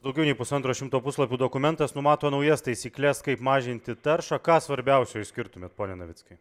daugiau nei pusantro šimto puslapių dokumentas numato naujas taisykles kaip mažinti taršą ką svarbiausio išskirtumėt pone navickai